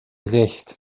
recht